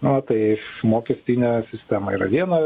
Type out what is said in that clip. na tai iš mokestinė sistema yra viena